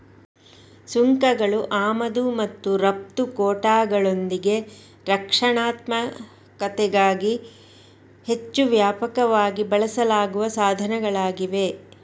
ಸುಂಕಗಳು ಆಮದು ಮತ್ತು ರಫ್ತು ಕೋಟಾಗಳೊಂದಿಗೆ ರಕ್ಷಣಾತ್ಮಕತೆಗಾಗಿ ಹೆಚ್ಚು ವ್ಯಾಪಕವಾಗಿ ಬಳಸಲಾಗುವ ಸಾಧನಗಳಾಗಿವೆ